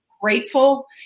grateful